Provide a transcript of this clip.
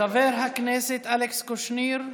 חבר הכנסת אלכס קושניר,